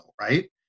right